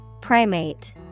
primate